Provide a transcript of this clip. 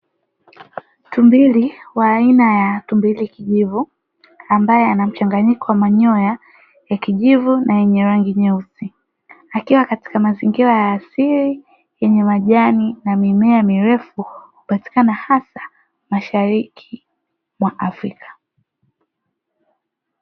Tumbili wa aina ya tumbili kijivu, ambaye anamchanganyiko wa manyoya ya kijivu na yenye rangi nyeusi. Akiwa katika mazingira ya asili yenya majani na mimea mirefu, hupatikana hasa mashariki mwa Afrika.